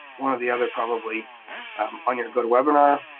one or the other probably on your go to webinar